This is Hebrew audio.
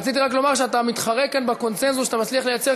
רציתי רק לומר שאתה מתחרה כאן בקונסנזוס שאתה מצליח לייצר,